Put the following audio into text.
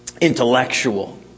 intellectual